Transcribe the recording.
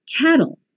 cattle